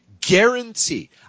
Guarantee